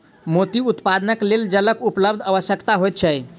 मोती उत्पादनक लेल जलक उपलब्धता आवश्यक होइत छै